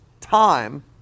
time